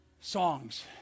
songs